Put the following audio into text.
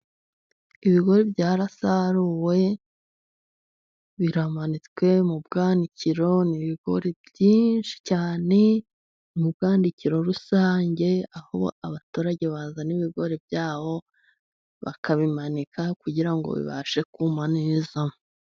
Ibigori byarasaruwe, biramanitswe mu bwanikiro, ni ibigori byinshi cyane mu bwandikiro rusange, aho abaturage bazana ibigori bya bo bakabimanika, kugira ngo bibashe kuma neza.